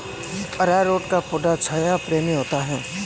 अरारोट का पौधा छाया प्रेमी होता है